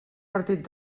partit